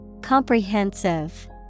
Comprehensive